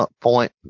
point